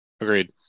agreed